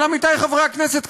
אבל עמיתיי חברי הכנסת,